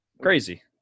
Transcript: Crazy